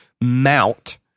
mount